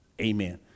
Amen